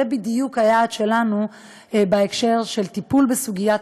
זה בדיוק היעד שלנו בהקשר של טיפול בסוגיית